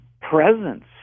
presence